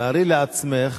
תארי לעצמך: